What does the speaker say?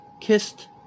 kissed